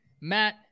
Matt